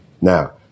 Now